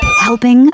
Helping